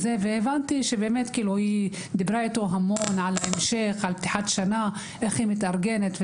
הבנתי שהיא דיברה איתו המון על ההמשך ועל פתיחת השנה ואיך היא מתארגנת.